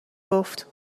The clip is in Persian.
گفت